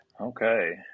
Okay